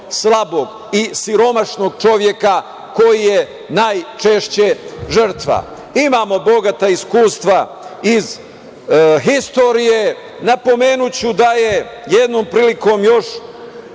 slabog i siromašnog čoveka koji je najčešće žrtva. Imamo bogata iskustva iz istorije. Napomenuću da je jednom prilikom još